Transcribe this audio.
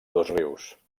dosrius